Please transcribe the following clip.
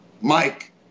Mike